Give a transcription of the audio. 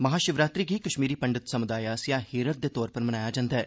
महाशिवरात्रि गी कश्मीरी पंडित समुदाय आसेआ हेरथ दे तौर पर मनाया जंदा ऐ